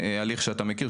הליך שאתה מכיר,